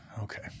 Okay